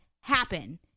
happen